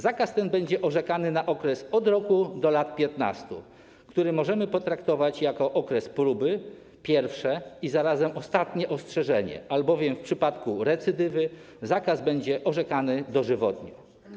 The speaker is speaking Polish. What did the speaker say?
Zakaz ten będzie orzekany na okres od roku do lat 15, który możemy potraktować jako okres próby, pierwsze i zarazem ostatnie ostrzeżenie, albowiem w przypadku recydywy zakaz będzie orzekany dożywotnio.